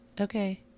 okay